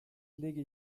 lege